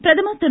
பிரதமர் திரு